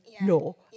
no